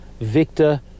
Victor